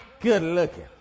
good-looking